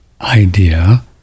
idea